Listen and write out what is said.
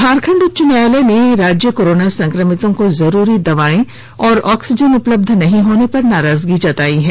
झारखंड उच्च न्यायालय ने राज्य कोरोना संक्रमितों को जरूरी दवाएं और ऑक्सीजन उपलब्ध नहीं होने पर नाराजगी जताई है